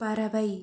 பறவை